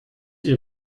ihr